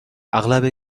اغلب